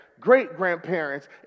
great-grandparents